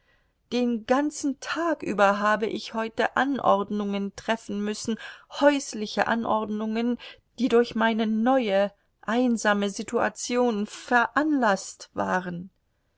den ganzen tag über habe ich heute anordnungen treffen müssen häusliche anordnungen die durch meine neue einsame situation veranlaßt waren